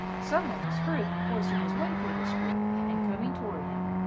some one was hurriedly forcing his way through this group and coming toward him.